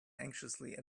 anxiously